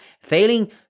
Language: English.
failing